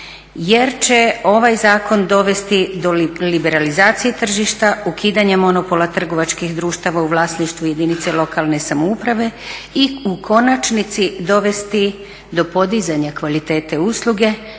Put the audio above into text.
jer će ovaj zakon dovesti do liberalizacije tržišta, ukidanje monopola trgovačkih društava u vlasništvu jedinica lokalne samouprave i u konačnici dovesti do podizanja kvalitete usluge,